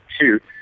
shoot